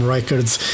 Records